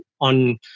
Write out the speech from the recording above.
on